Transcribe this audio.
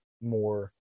more